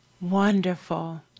Wonderful